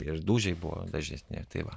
ir dūžiai buvo dažnesni tai va